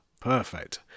Perfect